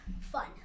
Fun